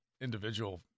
individual